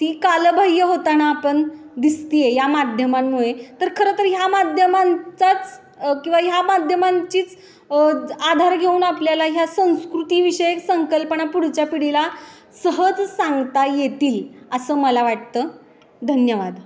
ती कालबाह्य होताना आपण दिसते आहे या माध्यमांमुळे तर खरं तर ह्या माध्यमांचाच किंवा ह्या माध्यमांचीच आधार घेऊन आपल्याला ह्या संस्कृतीविषयी एक संकल्पना पुढच्या पिढीला सहज सांगता येतील असं मला वाटतं धन्यवाद